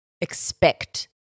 expect